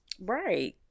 Right